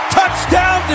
Touchdown